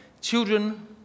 children